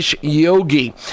Yogi